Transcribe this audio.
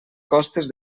costes